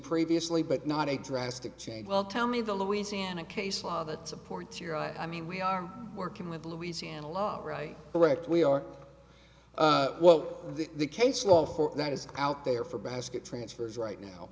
previously but not a drastic change well tell me the louisiana case law that supports your i mean we are working with the louisiana law right directly or well the the case law that is out there for basket transfers right now